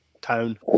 town